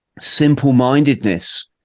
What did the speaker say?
simple-mindedness